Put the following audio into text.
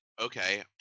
Okay